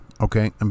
okay